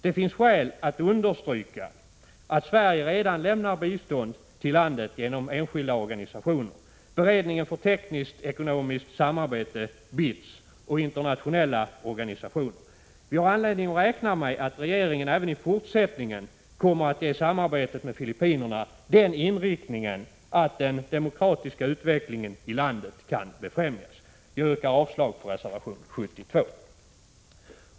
Det finns skäl att understryka att Sverige redan lämnar bistånd till landet genom enskilda organisationer, Beredningen för tekniskt-ekonomiskt samarbete, BITS, och internationella organisationer. Vi har anledning att räkna med att regeringen även i fortsättningen kommer att ge samarbetet med Filippinerna den inriktningen att den demokratiska utvecklingen i landet kan befrämjas. Jag yrkar avslag på reservation 72.